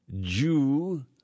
Jew